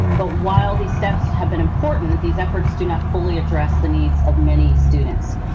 but while these steps have been important, these efforts do not fully address the needs of many students.